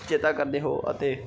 ਚੇਤਾ ਕਰਦੇ ਹੋ ਅਤੇ